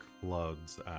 floods